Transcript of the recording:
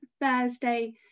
Thursday